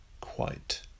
Quite